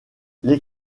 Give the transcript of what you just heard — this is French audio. les